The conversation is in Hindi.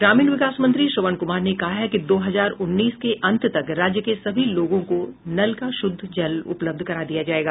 ग्रामीण विकास मंत्री श्रवण कुमार ने कहा है कि दो हजार उन्नीस के अंत तक राज्य के सभी लोगो को नल का शुद्ध जल उपलब्ध करा दिया जायेगा